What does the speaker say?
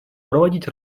проводить